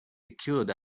echoed